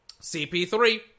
CP3